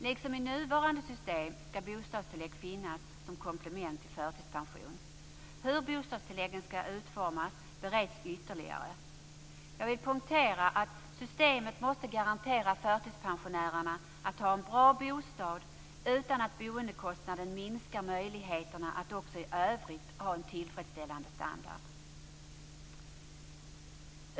Liksom i nuvarande system skall bostadstillägg finnas som komplement till förtidspension. Hur bostadstilläggen skall utformas bereds ytterligare. Jag vill poängtera att systemet måste garantera förtidspensionärerna möjlighet att ha en bra bostad utan att boendekostnaderna minskar möjligheten att också i övrigt ha en tillfredsställande standard.